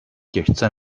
těžce